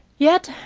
yet,